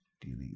Delete